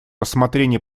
рассмотрения